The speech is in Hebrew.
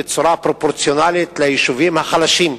בצורה פרופורציונלית ליישובים החלשים.